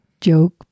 joke